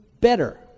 better